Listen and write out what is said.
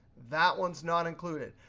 that one's not included.